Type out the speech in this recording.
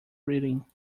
reading